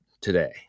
today